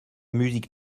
musique